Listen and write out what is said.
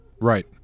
right